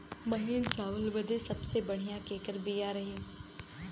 महीन चावल बदे सबसे बढ़िया केकर बिया रही?